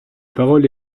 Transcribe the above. parole